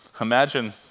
Imagine